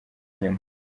nyuma